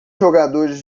jogadores